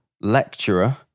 lecturer